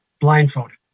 blindfolded